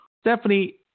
Stephanie